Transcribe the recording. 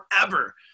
forever